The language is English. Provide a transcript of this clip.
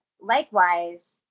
likewise